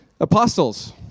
Apostles